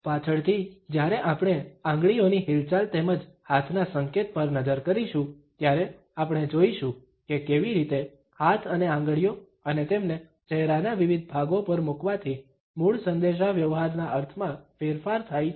પાછળથી જ્યારે આપણે આંગળીઓની હિલચાલ તેમજ હાથના સંકેત પર નજર કરીશું ત્યારે આપણે જોઈશું કે કેવી રીતે હાથ અને આંગળીઓ અને તેમને ચહેરાના વિવિધ ભાગો પર મુકવાથી મૂળ સંદેશાવ્યવહારના અર્થમાં ફેરફાર થાય છે